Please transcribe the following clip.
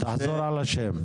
תחזור על השם.